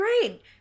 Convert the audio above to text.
great